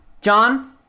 John